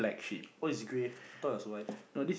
oh it's grey thought it was white